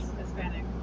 Hispanic